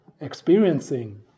experiencing